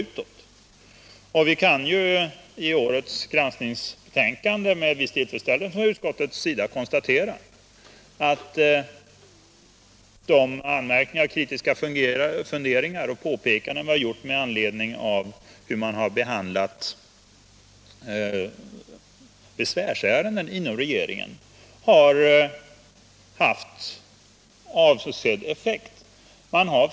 Utskottet kan i årets granskningsbetänkande med viss tillfredsställelse konstatera att de anmärkningar, kritiska funderingar och påpekanden som vi framfört med anledning av regeringens behandling av besvärsärenden har haft avsedd effekt.